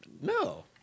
No